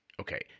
Okay